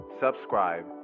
subscribe